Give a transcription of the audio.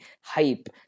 hype